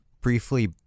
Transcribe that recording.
briefly